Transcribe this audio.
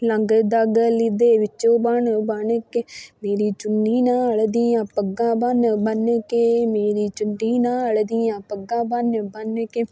ਲੰਘਦਾ ਗਲੀ ਦੇ ਵਿੱਚੋਂ ਬਣ ਬਣ ਕੇ ਮੇਰੀ ਚੁੰਨੀ ਨਾਲ ਦੀਆਂ ਪੱਗਾਂ ਬੰਨ ਬੰਨ ਕੇ ਮੇਰੀ ਚੁੰਨੀ ਨਾਲ ਦੀਆਂ ਪੱਗਾਂ ਬੰਨ ਬੰਨ ਕੇ